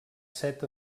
set